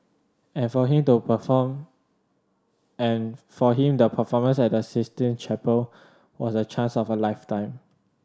and for him the perform and for him the performance at the Sistine Chapel was the chance of a lifetime